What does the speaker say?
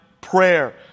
prayer